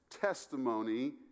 testimony